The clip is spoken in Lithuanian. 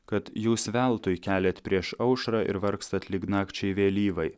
kad jūs veltui keliat prieš aušrą ir vargstat lyg nakčiai vėlyvai